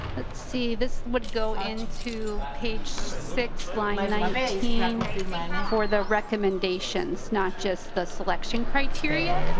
let's see. this would go into page six line nineteen for the recommendations not just the selection criteria.